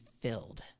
filled